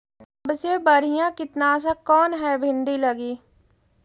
सबसे बढ़िया कित्नासक कौन है भिन्डी लगी?